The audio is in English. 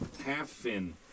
half-fin